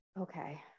okay